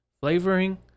Flavoring